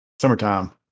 Summertime